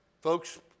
Folks